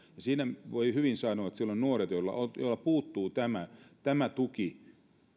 voi hyvin sanoa että silloin nuorilla joilta puuttuu tämä tämä tuki